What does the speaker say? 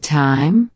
time